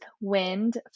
wind